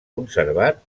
conservat